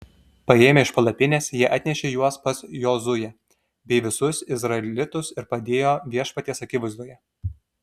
paėmę iš palapinės jie atnešė juos pas jozuę bei visus izraelitus ir padėjo viešpaties akivaizdoje